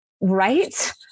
right